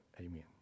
Amen